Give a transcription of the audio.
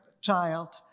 Child